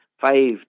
Five